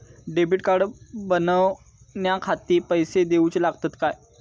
Debit card बनवण्याखाती पैसे दिऊचे लागतात काय?